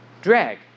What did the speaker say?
drag